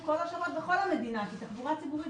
כולל תאגיד השידור הציבורי.